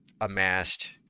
amassed